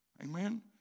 Amen